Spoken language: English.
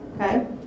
Okay